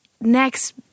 next